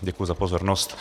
Děkuji za pozornost.